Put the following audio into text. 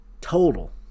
Total